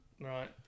Right